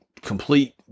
complete